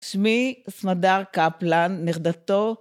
שמי סמדר קפלן, נכדתו.